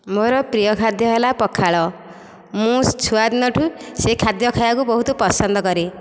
ମୋ ପ୍ରିୟ ଖାଦ୍ୟ ହେଲା ପଖାଳ ମୁଁ ଛୁଆଦିନଠୁ ସେ ଖାଦ୍ୟ ଖାଇବାକୁ ବହୁତ ପସନ୍ଦ କରେ